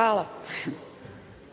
Reč